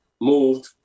moved